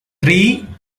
three